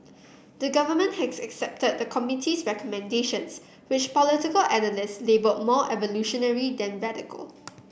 the Government has accepted the committee's recommendations which political analysts labelled more evolutionary than radical